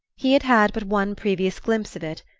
he had had but one previous glimpse of it,